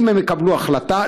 אם הם יקבלו החלטה,